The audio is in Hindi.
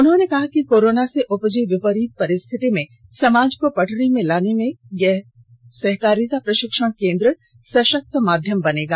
उन्होंने कहा कि कोरोना से उपजी विपरीत परिस्थिति में समाज को पटरी में लाने में यह सहकारिता प्रशिक्षण केंद्र सशक्त माध्यम बनेगा